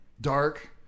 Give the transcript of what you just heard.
dark